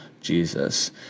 Jesus